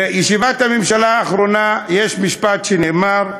בישיבת הממשלה האחרונה יש משפט שנאמר: